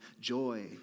joy